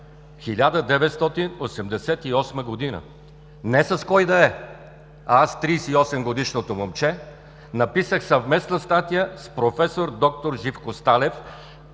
1988 г. не с кого да е, аз 38-годишното момче, написах съвместна статия с проф. д-р Живко Сталев